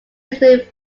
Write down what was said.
include